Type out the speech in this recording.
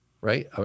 right